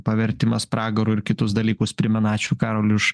pavertimas pragaru ir kitus dalykus primena ačiū karoliui už